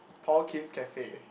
Paul Kim's cafe